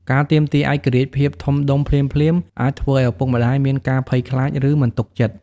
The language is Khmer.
ការទាមទារឯករាជ្យភាពធំដុំភ្លាមៗ អាចធ្វើឲ្យឪពុកម្ដាយមានការភ័យខ្លាច ឬមិនទុកចិត្ត។